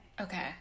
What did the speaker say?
Okay